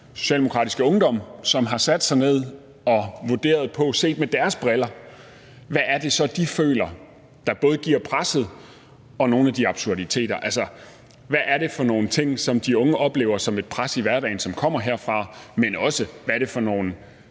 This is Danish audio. Socialdemokratiske Ungdom, som har sat sig ned og ud fra deres vinkel vurderet, hvad det er, de føler giver både presset og nogle af absurditeterne. Altså, hvad er det for nogle ting, som de unge oplever som et pres i hverdagen, og som kommer derfra? Hvad er det for nogle